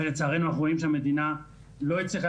ולצערנו אנחנו רואים שהמדינה לא הצליחה